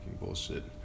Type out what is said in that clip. bullshit